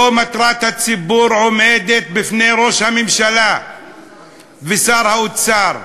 לא טובת הציבור עומדת בפני ראש הממשלה ושר האוצר,